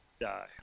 die